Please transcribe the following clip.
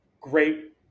Great